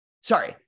sorry